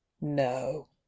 no